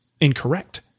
incorrect